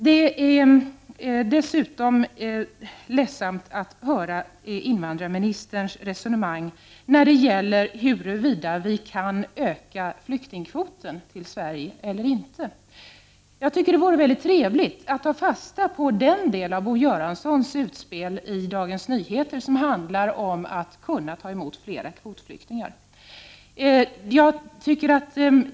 Det är ledsamt att höra invandrarministerns resonemang när det gäller huruvida vi kan öka flyktingkvoten till Sverige eller inte. Jag tycker det vore trevligt att ta fasta på den del av Bo Göranssons utspel i Dagens Nyheter som handlar om att kunna ta emot flera kvotflyktingar.